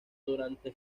durante